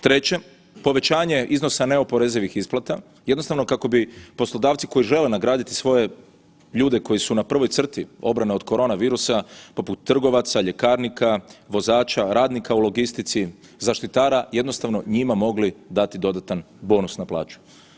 Treće povećanje iznosa neoporezivih isplata jednostavno kako bi poslodavci koji žele nagraditi svoje ljude koji su na prvoj crti obrane od korona virusa poput trgovaca, ljekarnika, vozača, radnika u logistici, zaštitara jednostavno njima mogli dati dodatan bonus na plaću.